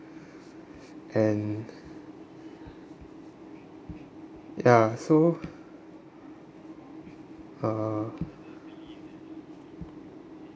and ya so uh